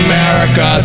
America